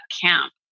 camp